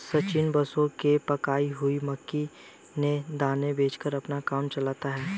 सचिन बसों में पकाई हुई मक्की के दाने बेचकर अपना काम चलाता है